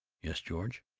yes, george,